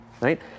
right